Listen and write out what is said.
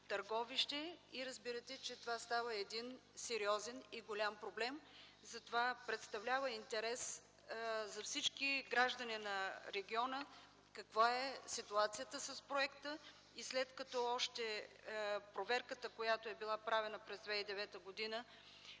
Търговище. И разбирате, че това става един сериозен и голям проблем. Затова представлява интерес за всички граждани на региона каква е ситуацията с проекта. След проверката, която е била правена през 2009 г.,